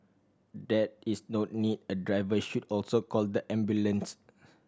there is no need a driver should also call the ambulance